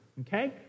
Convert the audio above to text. okay